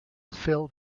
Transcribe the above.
filled